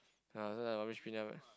ah rubbish bin